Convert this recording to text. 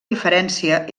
diferència